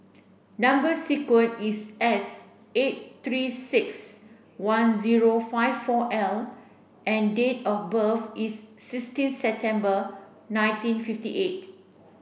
number is S eight three six one zero five four L and date of birth is sixteen September nineteen fifty eight